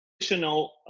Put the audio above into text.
additional